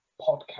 podcast